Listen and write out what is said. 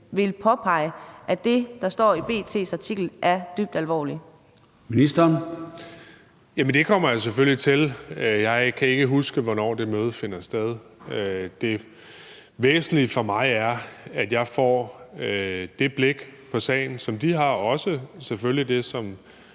og integrationsministeren (Kaare Dybvad Bek): Jamen det kommer jeg selvfølgelig til. Jeg kan ikke huske, hvornår det møde finder sted. Det væsentlige for mig er, at jeg får det blik på sagen, som de har, og så selvfølgelig også det, som